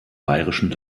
bayerischen